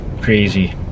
crazy